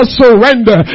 surrender